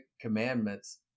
commandments